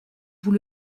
vous